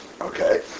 Okay